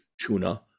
tuna